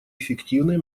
эффективной